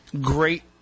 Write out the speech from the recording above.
great